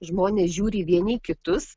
žmonės žiūri vieni į kitus